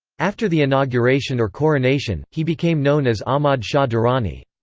after the inauguration or coronation, he became known as ahmad shah durrani.